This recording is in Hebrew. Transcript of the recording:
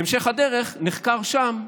בהמשך הדרך נחקרו שם,